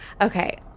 Okay